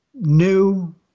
new